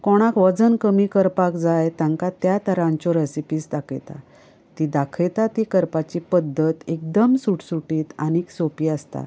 कोणाक वजन कमी करपाक जाय तांकां त्या तरांच्यो रॅसिपीझ दाखयता ती दाखयता ती करपाची पद्दत एकदम सुटसुटीत आनीक सोंपी आसता